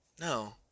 No